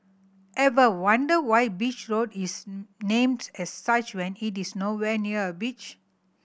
ever wonder why Beach Road is named as such when it is nowhere near a beach